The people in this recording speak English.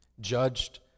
judged